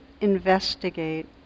investigate